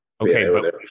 Okay